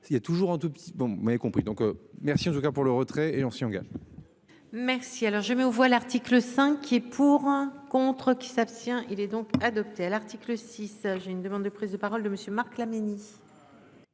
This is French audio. S'il y a toujours un tout petit bon moi y compris, donc merci en tout cas pour le retrait et ancien. Merci. Alors je mets aux voix l'article 5 qui est pour un contre qui s'abstient. Il est donc adopté à l'article 6, j'ai une demande de prise de parole de monsieur Marc Laménie.